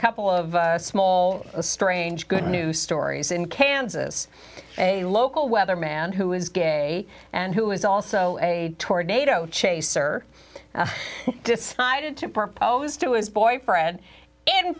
couple of small a strange good news stories in kansas a local weather man who is gay and who is also a tornado chaser decided to propose to his boyfriend in